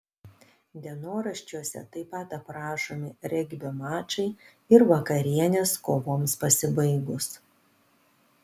dienoraščiuose taip pat aprašomi regbio mačai ir vakarienės kovoms pasibaigus